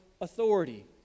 authority